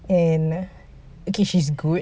and okay she's good but